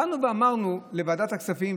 באנו ואמרנו לוועדת הכספים,